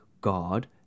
God